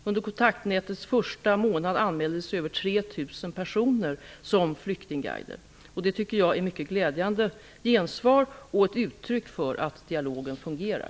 Under Kontaktnätets första månad anmälde sig över 3 000 personer som flyktingguider. Det tycker jag är ett mycket glädjande gensvar och ett uttryck för att dialogen fungerar.